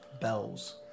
bells